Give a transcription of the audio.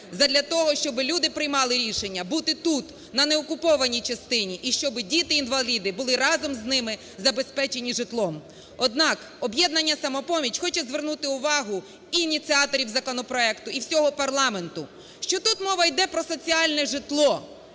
задля того, щоб люди приймали рішення бути тут на неокупованій частині, і щоб діти-інваліди були разом з ними забезпечені житлом. Однак, "Об'єднання "Самопоміч" хоче звернути увагу і ініціаторів законопроекту, і всього парламенту, що тут мова іде про соціальне житло.